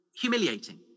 humiliating